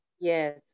Yes